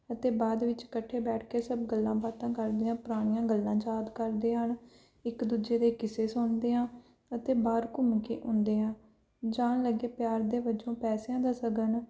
ਅਤੇ ਬਾਅਦ ਵਿੱਚ ਇਕੱਠੇ ਬੈਠ ਕੇ ਸਭ ਗੱਲਾਂ ਬਾਤਾਂ ਕਰਦੇ ਹਾਂ ਪੁਰਾਣੀਆਂ ਗੱਲਾਂ ਯਾਦ ਕਰਦੇ ਹਨ ਇੱਕ ਦੂਜੇ ਦੇ ਕਿੱਸੇ ਸੁਣਦੇ ਹਾਂ ਅਤੇ ਬਾਹਰ ਘੁੰਮ ਕੇ ਆਉਂਦੇ ਹਾਂ ਜਾਣ ਲੱਗੇ ਪਿਆਰ ਦੇ ਵਜੋਂ ਪੈਸਿਆਂ ਦਾ ਸ਼ਗਨ